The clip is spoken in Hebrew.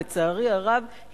לצערי הרב,